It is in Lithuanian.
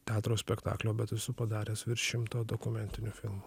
teatro spektaklio bet esu padaręs virš šimto dokumentinių filmų